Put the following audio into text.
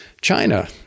China